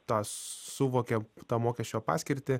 tą suvokia tą mokesčio paskirtį